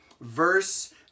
verse